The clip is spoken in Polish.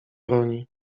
broni